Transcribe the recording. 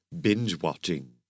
binge-watching